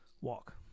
walk